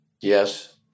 Yes